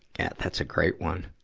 yeah that's a great one.